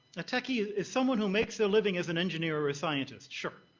a techie is someone who makes their living as an engineer or a scientist, sure.